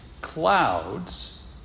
clouds